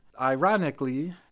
ironically